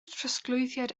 trosglwyddiad